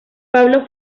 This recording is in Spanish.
pablo